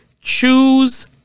Choose